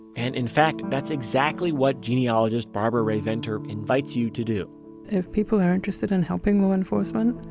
and in fact that's exactly what genealogist barbara rae-venter invites you to do if people are interested in helping law enforcement,